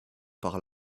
par